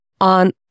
on